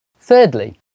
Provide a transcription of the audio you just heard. Thirdly